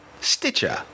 Stitcher